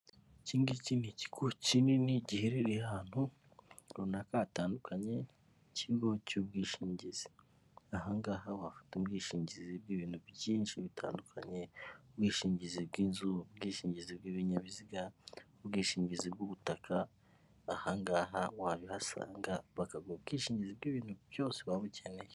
Iki ngiki ni ikigo kinini giherereye ahantu runaka hatandukanye, ni ikigo cy'ubwishingizi, ahangaha hafata ubwishingizi bw'ibintu byinshi bitandukanye, ubwishingizi bw'inzu ubwishingizi bw'ibinyabiziga, ubwishingizi bw'ubutaka, ahangaha wabihasanga bakaguha ubwishingizi bw'ibintu byose waba ukeneye.